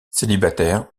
célibataire